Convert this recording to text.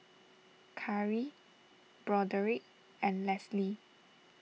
Khari Broderick and Leslee